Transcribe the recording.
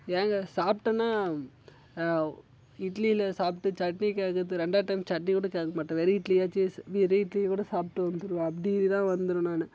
ஏங்க சாப்பிட்டேனா இட்லியில சாப்பிட்டு சட்னி கேட்கறது ரெண்டாவது டைம் சட்னிக்கூட கேட்க மாட்டேன் வெறும் இட்லியாச்சு சி வெறும் இட்லியை கூட சாப்பிட்டு வந்துடுவேன் அப்படிதான் வந்துடுவேன் நான்